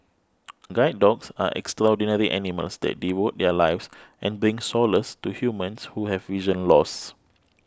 guide dogs are extraordinary animals that devote their lives and bring solace to humans who have vision loss